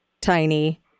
tiny